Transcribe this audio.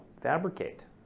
Fabricate